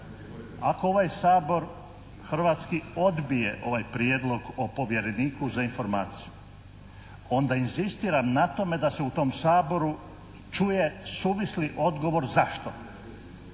Ako ovaj Sabor hrvatski odbije ovaj Prijedlog o povjereniku za informaciju onda inzistiram na tome da se u tom Saboru čuje suvisli odgovor zašto?